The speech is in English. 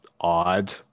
odd